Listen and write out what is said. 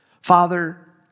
Father